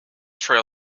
trail